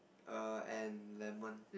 err and lemon